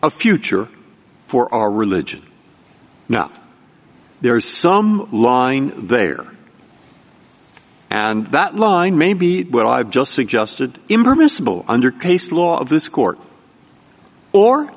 a future for our religion now there is some line there and that line may be what i've just suggested impermissible under case law of this court or